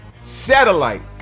satellite